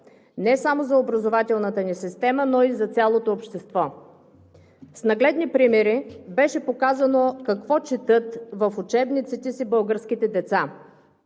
не само за образователната ни система, но и за цялото общество. С нагледни примери беше показано какво четат в учебниците си българските деца.